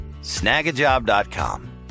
Snagajob.com